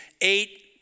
eight